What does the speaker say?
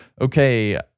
Okay